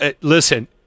listen